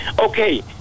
Okay